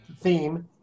theme